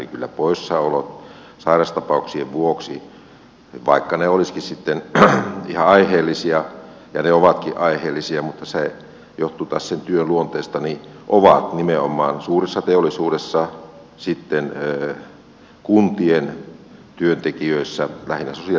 kyllä poissaolot sairaustapauksien vuoksi vaikka ne olisivatkin sitten ihan aiheellisia ja ne ovatkin aiheellisia mutta se johtuu taas sen työn luonteesta ovat nimenomaan suuressa teollisuudessa sitten kuntien työntekijöissä lähinnä sosiaali ja terveyspuolella